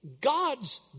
God's